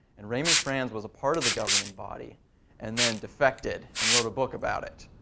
and raymond franz was a part of the governing body and then defected and wrote a book about it.